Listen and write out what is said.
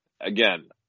again